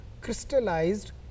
crystallized